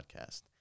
podcast